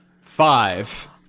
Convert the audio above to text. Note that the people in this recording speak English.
Five